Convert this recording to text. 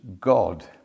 god